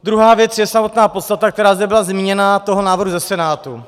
Druhá věc je samotná podstata, která zde byla zmíněna, toho návrhu ze Senátu.